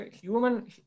Human